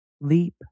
leap